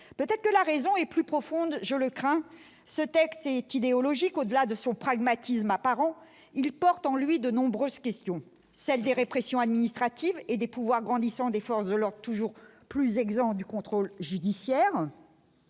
peut-être que la raison est plus profonde, je le crains, ce texte est idéologique, au-delà de son pragmatisme apparent, il porte en lui de nombreuses questions, celle des répressions administrative et des pouvoirs grandissants des forces de leur toujours plus exempt du contrôle judiciaire,